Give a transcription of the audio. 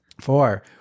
Four